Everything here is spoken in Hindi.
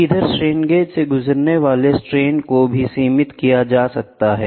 इधर स्ट्रेन गेज से गुजरने वाले स्ट्रेन को भी सीमित किया जा सकता है